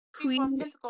Queen